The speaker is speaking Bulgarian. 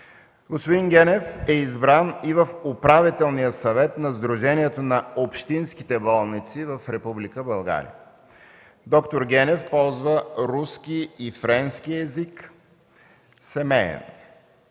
Господин Генев е избран и в Управителния съвет на Сдружението на общинските болници в Република България. Доктор Генев ползва руски и френски език. Семеен.